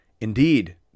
Indeed